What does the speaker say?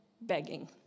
begging